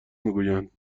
میگویند